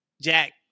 Jack